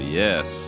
yes